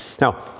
now